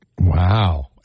Wow